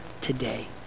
today